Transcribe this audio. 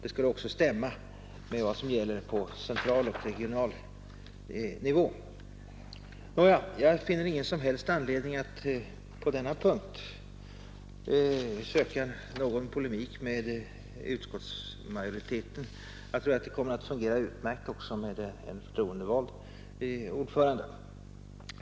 Det skulle också stämma med vad som gäller på central och regional nivå. Jag finner emellertid ingen som helst anledning att på denna punkt söka någon polemik med utskottsmajoriteten. Jag tror att det kommer att fungera utmärkt också med en förtroendevald ordförande.